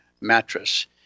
mattress